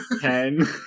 Ten